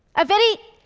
a very